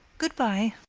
good-bye.